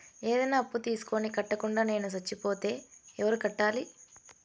ఏదైనా అప్పు తీసుకొని కట్టకుండా నేను సచ్చిపోతే ఎవరు కట్టాలి?